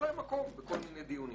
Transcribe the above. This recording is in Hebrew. הפוליטיקאי